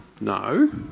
No